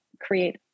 create